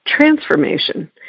transformation